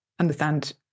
understand